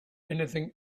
anything